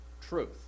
truth